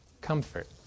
comfort